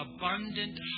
abundant